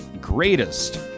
greatest